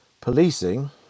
policing